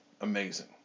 amazing